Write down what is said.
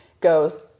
goes